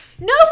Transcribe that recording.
No